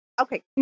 Okay